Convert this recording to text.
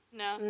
no